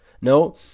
No